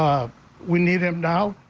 um we need them now.